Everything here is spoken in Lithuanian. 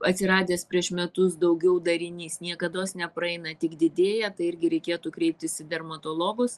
atsiradęs prieš metus daugiau darinys niekados nepraeina tik didėja tai irgi reikėtų kreiptis į dermatologus